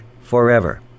forever